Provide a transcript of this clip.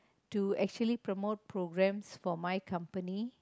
to actually promote programs for my company